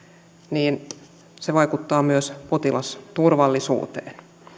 se vaikuttaa myös potilasturvallisuuteen